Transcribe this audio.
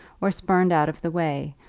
or spurned out of the way,